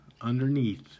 underneath